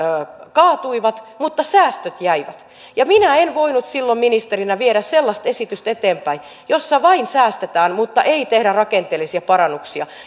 kaatuivat mutta säästöt jäivät minä en en voinut silloin ministerinä viedä sellaista esitystä eteenpäin jossa vain säästetään mutta ei tehdä rakenteellisia parannuksia